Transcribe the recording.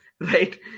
Right